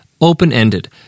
open-ended